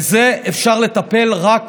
בזה אפשר לטפל רק